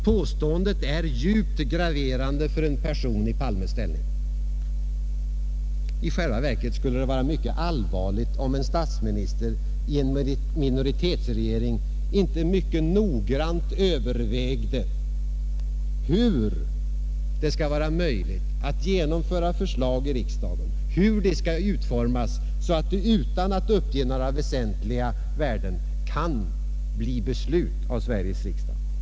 Påståendet är djupt graverande för en person i herr Palmes ställning. I själva verket skulle det vara mycket allvarligt, om en statsminister i en minoritetsregering inte mycket noggrant övervägde hur det skall vara möjligt att genomföra förslag i riksdagen, hur dessa skall utformas så att de utan att man uppger några väsentliga värden kan bli beslut av Sveriges riksdag.